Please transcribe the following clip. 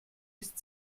ist